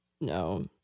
No